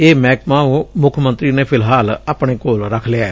ਇਹ ਮਹਿਕਮਾ ਮੁੱਖ ਮੰਤਰੀ ਨੇ ਫਿਲਹਾਲ ਆਪਣੇ ਕੋਲ ਰੱਖ ਲਿਐ